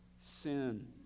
Sin